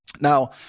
Now